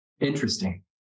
interesting